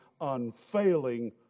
unfailing